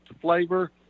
flavor